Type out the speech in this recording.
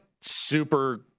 super